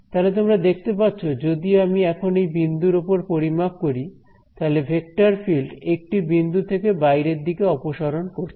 তাহলে তোমরা দেখতে পাচ্ছ যদি আমি এখন এই বিন্দুর ওপর পরিমাপ করি তাহলে ভেক্টর ফিল্ড একটি বিন্দু থেকে বাইরের দিকে অপসরণ করছে